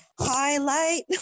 Highlight